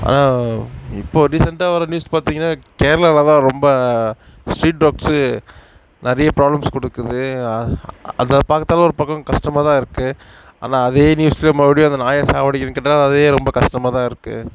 ஆனால் இப்போது ரீசன்ட்டாக வர நியூஸ் பார்த்திங்கன்னா கேரளாவில்தான் ரொம்ப ஸ்ட்ரீட் டாக்ஸு நிறைய ப்ராப்ளம்ஸ் கொடுக்குது அதை பார்க்கத்தால ஒரு பக்கம் கஷ்டமாகதான் இருக்குது ஆனால் அதே நியூஸ்சில் மறுபடியும் அந்த நாயை சாகடிக்கிறேன்னு கேட்டால் அதே ரொம்ப கஷ்டமாகதான் இருக்குது